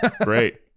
great